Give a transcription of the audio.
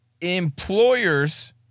Employers